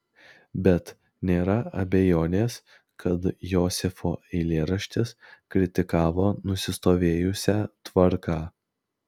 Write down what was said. bet nėra abejonės kad josifo eilėraštis kritikavo nusistovėjusią tvarką